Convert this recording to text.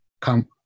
come